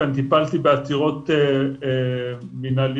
ואני טיפלתי בעתירות מנהליות,